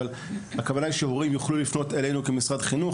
אבל הכוונה היא שהורים יוכלו לפנות אלינו כמשרד חינוך.